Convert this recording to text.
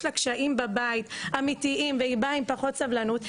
לה קשיים בבית אמיתיים והיא באה עם פחות סבלנות,